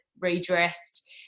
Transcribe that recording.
redressed